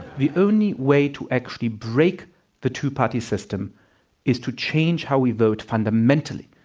the only way to actually break the two-party system is to change how we vote. fundamentally,